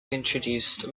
introduced